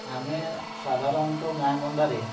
ଆମେ ସାଧାରଣତଃ ଗାଁ' ଗଣ୍ଡାରେ